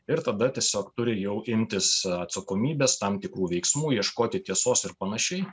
ir tada tiesiog turi jau imtis atsakomybės tam tikrų veiksmų ieškoti tiesos ir panašiai